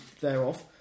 thereof